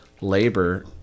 labor